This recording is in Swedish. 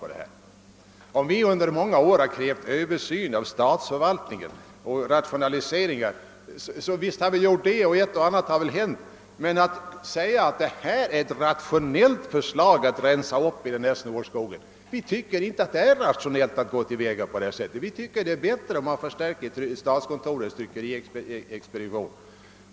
Vi har under många år krävt en översyn av statsförvaltningen och en rationalisering. Ett och annat har väl hänt, men vi tycker inte att det här är ett rationellt förslag att rensa upp i denna snårskog. Vi tycker att det är bättre att man förstärker statskontorets tryckeriexpedition.